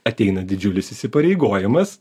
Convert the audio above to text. ateina didžiulis įsipareigojimas